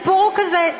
הסיפור הוא כזה: